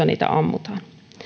niitä ammutaan